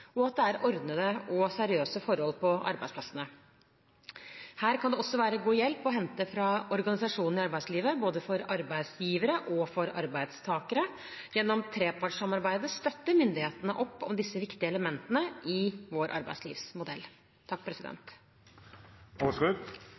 og at det er ordnede og seriøse forhold på arbeidsplassene. Her kan det også være god hjelp å hente fra organisasjonene i arbeidslivet, både for arbeidsgivere og for arbeidstakere. Gjennom trepartssamarbeidet støtter myndighetene opp om disse viktige elementene i vår arbeidslivsmodell.